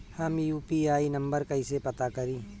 हम UPI number कइसे पता करी?